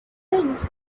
wind